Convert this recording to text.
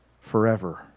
forever